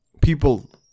people